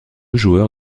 joueur